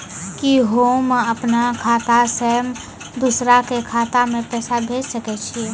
कि होम अपन खाता सं दूसर के खाता मे पैसा भेज सकै छी?